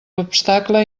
obstacle